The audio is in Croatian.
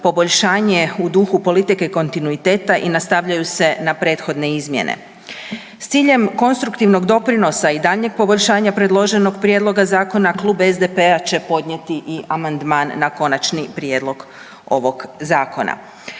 poboljšanje u duhu politike kontinuiteta i nastavljaju se na prethodne izmjene. S ciljem konstruktivnog doprinosa i daljnjeg poboljšanja predloženog prijedloga zakona, Klub SDP-a će podnijeti i amandman na konačni prijedlog ovog Zakona.